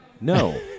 no